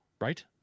Right